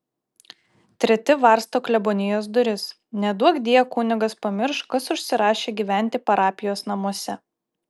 treti varsto klebonijos duris neduokdie kunigas pamirš kas užsirašė gyventi parapijos namuose